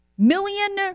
Million